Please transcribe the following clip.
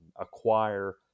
acquire